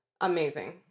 Amazing